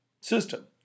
system